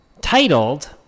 Titled